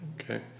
okay